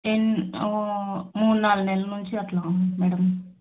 ఎన్ని మూడు నాలుగు నెలల నుంచి అట్లా ఉంది మేడం